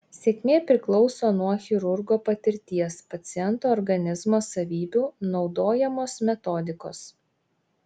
sėkmė priklauso nuo chirurgo patirties paciento organizmo savybių naudojamos metodikos